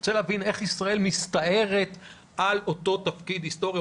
אני רוצה להבין איך ישראל מסתערת על אותו תפקיד היסטורי,